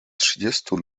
trzydziestu